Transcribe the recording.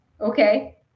Okay